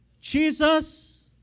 Jesus